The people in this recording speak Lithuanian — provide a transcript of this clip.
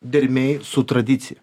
dermėj su tradicija